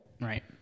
Right